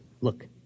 Look